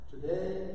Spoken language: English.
Today